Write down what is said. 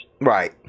right